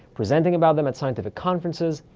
presenting about them at scientific conferences,